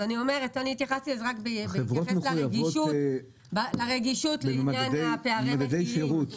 החברות מחויבות למדדי שירות?